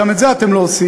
גם את זה אתם לא עושים,